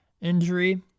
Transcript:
injury